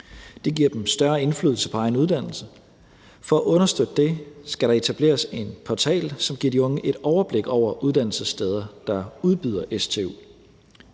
Det giver dem større indflydelse på egen uddannelse. For at understøtte det skal der etableres en portal, som giver de unge et overblik over uddannelsessteder, der udbyder stu